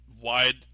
wide